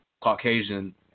Caucasian